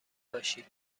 باشید